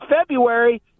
February